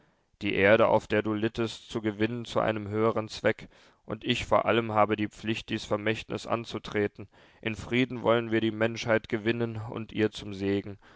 die erde auf der du littest zu gewinnen zu einem höheren zweck und ich vor allen habe die pflicht dies vermächtnis anzutreten in frieden wollen wir die menschheit gewinnen und ihr zum segen